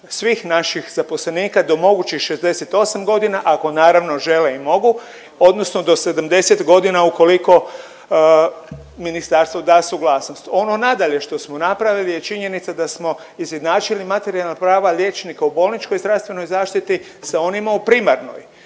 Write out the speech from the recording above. svih naših zaposlenika do mogućih 68.g. ako naravno žele i mogu odnosno do 70.g. ukoliko ministarstvo da suglasnost. Ono nadalje što smo napravili je činjenica da smo izjednačili materijalna prava liječnika u bolničkoj zdravstvenoj zaštiti sa onima u primarnoj.